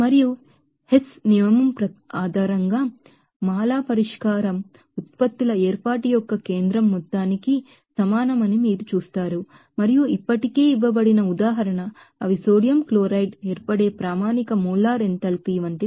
మరియుహెస్ నియమం ఆధారంగా మాలా ఇంటర్ప్రెట్ ది సొల్యూషన్ఏర్పాటు యొక్క సెంటర్పీఎస్ కి సమానమని మీరు చూస్తారు మరియు ఇప్పటికే ఇవ్వబడిన ఉదాహరణ అవి సోడియం క్లోరైడ్ ఏర్పడే ప్రామాణిక మోలార్ ఎంథాల్పీ వంటివి 411